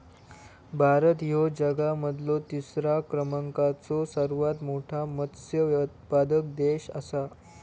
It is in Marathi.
भारत ह्यो जगा मधलो तिसरा क्रमांकाचो सर्वात मोठा मत्स्य उत्पादक देश आसा